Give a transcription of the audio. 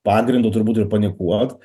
pagrindo turbūt ir panikuot